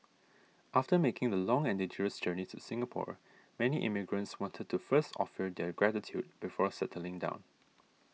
after making the long and dangerous journey to Singapore many immigrants wanted to first offer their gratitude before settling down